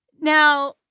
Now